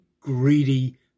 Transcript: greedy